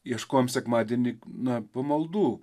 ieškojom sekmadienį na pamaldų